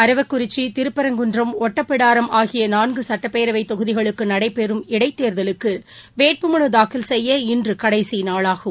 அரவக்குறிச்சி திருப்பரங்குன்றம் ஒட்டப்பிடாரம் ஆகியநான்குசட்டப்பேரவைத் தொகுதிகளுக்குநடைபெறும் இடைத்தேர்தலுக்குவேட்புமனுதாக்கல் செய்ய இன்றுகடைசிநாளாகும்